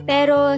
Pero